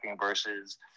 versus